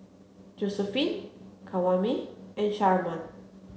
Josephine Kwame and Sharman